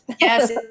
Yes